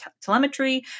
telemetry